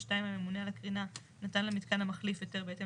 (2) הממונה על הקרינה נתן למיתקן המחליף היתר בהתאם